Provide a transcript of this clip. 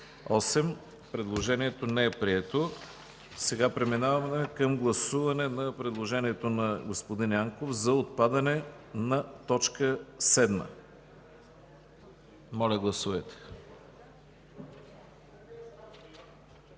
Предложението не е прието. Преминаваме към гласуване на предложението на господин Янков за отпадане на т. 7. Гласували